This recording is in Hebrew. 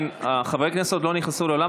חברי הכנסת עוד לא נכנסו לאולם,